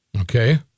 Okay